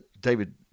David